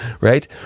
right